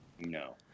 No